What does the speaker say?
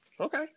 Okay